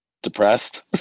depressed